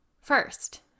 first